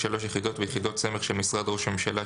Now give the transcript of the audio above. יחידות ויחידות סמך של משרד ראש הממשלה,